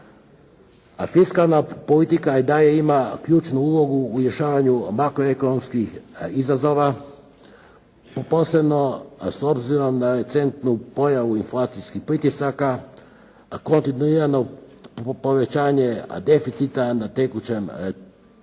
Fiskalna politika i dalje ima ključnu ulogu u rješavanju makroekonomskih izazova, posebno s obzirom na recentnu pojavu inflacijskih pritisaka, koordinirano povećanje deficita na tekućem računu